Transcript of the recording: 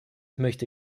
möchte